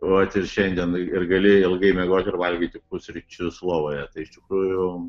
ot ir šiandien ir galėjai ilgai miegoti ir valgyti pusryčius lovoje tai iš tikrųjų